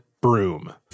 broom